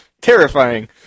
terrifying